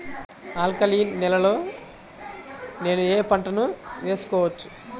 Alkaline నేలలో నేనూ ఏ పంటను వేసుకోవచ్చు?